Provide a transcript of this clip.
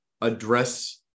address